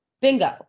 bingo